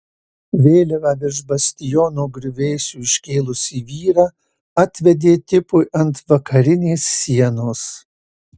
vėliavą virš bastiono griuvėsių iškėlusį vyrą atvedė tipui ant vakarinės sienos